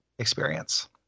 experience